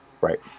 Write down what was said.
Right